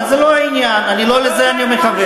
אבל זה לא העניין, לא לזה אני מכוון.